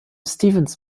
stevens